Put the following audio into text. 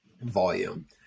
volume